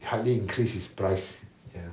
hardly increased his price